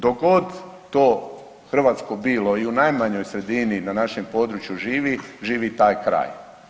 Dok god to hrvatsko bilo i u najmanjoj sredini na našem području živi, živi taj kraj.